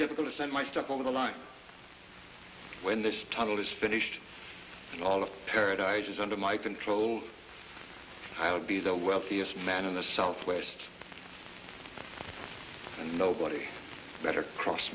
difficult to send my stuff over the line when this tunnel is finished and all of paradise is under my control i would be the wealthiest man in the southwest and nobody better cross